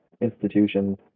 institutions